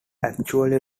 actually